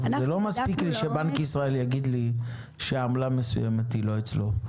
זה לא מספיק לי שבנק ישראל יגיד לי שעמלה מסוימת היא לא אצלו.